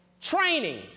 Training